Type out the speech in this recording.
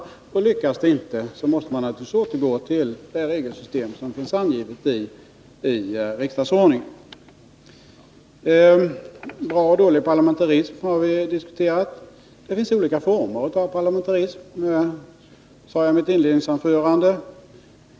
Lyckas inte det måste man återgå till det regelsystem som finns angivet i riksdagsordningen. Bra och dålig parlamentarism har vi diskuterat. Det finns olika former av parlamentarism, sade jag i mitt inledningsanförande.